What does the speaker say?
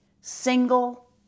single